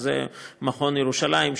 וזה מכון ירושלים,